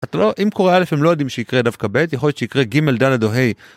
אתה לא...אם קורא א' הם לא יודעים שיקרה דווקא ב', יכול להיות שיקרה ג' ד' או ה'.